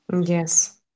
Yes